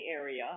area